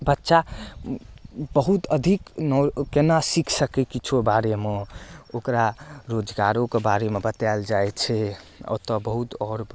बच्चा बहुत अधिक केना सीख सकै किछो बारेमे ओकरा रोजगारोके बारेमे बतायल जाइ छै ओतऽ बहुत आओर